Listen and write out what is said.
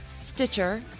Stitcher